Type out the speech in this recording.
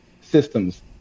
Systems